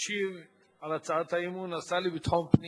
ישיב על הצעת האי-אמון השר לביטחון פנים